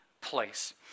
place